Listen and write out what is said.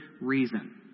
reason